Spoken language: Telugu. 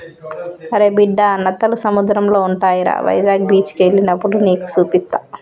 అరే బిడ్డా నత్తలు సముద్రంలో ఉంటాయిరా వైజాగ్ బీచికి ఎల్లినప్పుడు నీకు సూపిస్తా